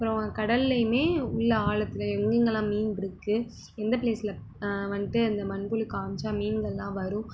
அப்புறோம் கடல்லையுமே உள்ள ஆழத்தில் எங்கே எங்களாம் மீன்ருக்கு எந்த ப்ளேஸில் வந்துட்டு அந்த மண்ப்புழு காம்மிச்சா மீன்கள்லாம் வரும்